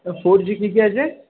four G কী কী আছে